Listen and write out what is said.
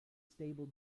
stable